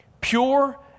Pure